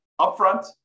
upfront